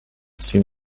seem